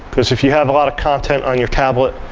because if you have a lot of content on your tablet,